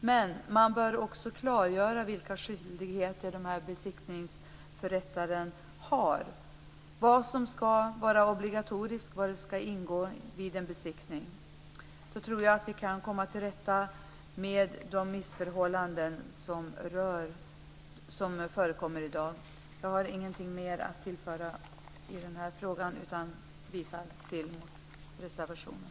Men man bör också klargöra vilka skyldigheter besiktningsförrättare har, dvs. vad som ska vara obligatoriskt och vad som ska ingå vid en besiktning. Då tror jag att vi kan komma till rätta med de missförhållanden som förekommer i dag. Jag har ingenting mer att tillföra i den här frågan, utan yrkar bifall till reservationen.